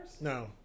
No